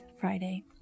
Friday